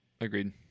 Agreed